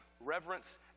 reverence